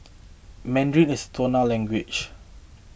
mandarin is tonal language